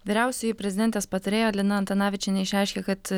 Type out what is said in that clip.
vyriausioji prezidentės patarėja lina antanavičienė išreiškė kad